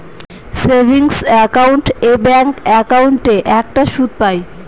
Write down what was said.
savings account এ bank একাউন্টে একটা সুদ পাই